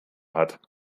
hat